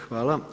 Hvala.